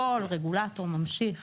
כל רגולטור ממשיך